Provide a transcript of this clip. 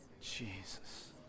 Jesus